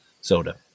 soda